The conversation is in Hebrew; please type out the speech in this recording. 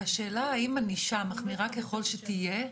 השאלה אם ענישה, מחמירה ככול שתהיה,